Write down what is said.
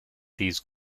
these